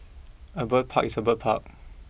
a bird park is a bird park